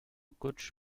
coach